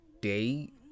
day